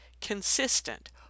consistent